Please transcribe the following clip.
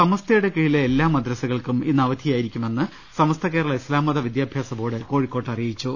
സമസ്തയുടെ കീഴിലെ എല്ലാ മദ്റസകൾക്കും ഇന്ന് അവധിയാ യിരിക്കുമെന്ന് സമസ്ത കേരള ഇസ്താം മത വിദ്യാഭ്യാസ ബോർഡ് കോഴിക്കോട്ട് അറിയിച്ചു